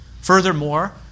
Furthermore